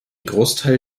großteil